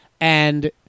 and-